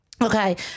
Okay